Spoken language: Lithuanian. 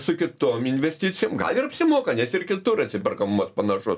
su kitom investicijom gal ir apsimoka nes ir kitur atsiperkamumas panašu